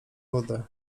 wodę